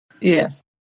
Yes